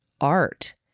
art